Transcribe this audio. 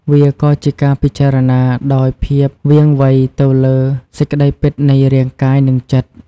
វាក៏ជាការពិចារណាដោយភាពវាងវៃទៅលើសេចក្តីពិតនៃរាងកាយនិងចិត្ត។